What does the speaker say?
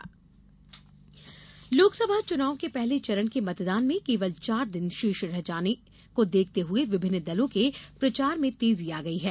चुनाव राउण्डअप लोकसभा चुनाव के पहले चरण के मतदान में केवल चार दिन शेष रह जाने को देखते हुए विभिन्न दलों के प्रचार में तेजी आ गई है